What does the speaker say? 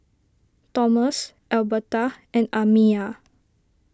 Tomas Elberta and Amiya